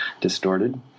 distorted